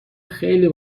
خیلی